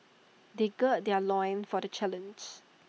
they gird their loins for the challenge